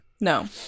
No